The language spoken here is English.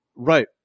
Right